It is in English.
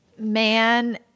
man